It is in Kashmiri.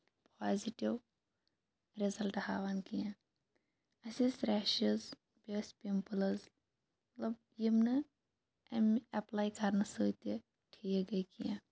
پازِٹِو رِزلٹ ہاوان کیٚنٛہہ اَسہِ ٲسۍ ریشٕز بیٚیہِ ٲسۍ پِمپٕلٕز مطلب یِم نہٕ اَمہِ اٮ۪پلَے کَرنہٕ سۭتۍ تہِ ٹھیٖک گٔے کیٚنٛہہ